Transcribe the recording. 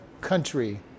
country